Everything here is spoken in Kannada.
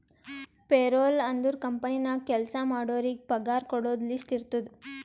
ಪೇರೊಲ್ ಅಂದುರ್ ಕಂಪನಿ ನಾಗ್ ಕೆಲ್ಸಾ ಮಾಡೋರಿಗ ಪಗಾರ ಕೊಡೋದು ಲಿಸ್ಟ್ ಇರ್ತುದ್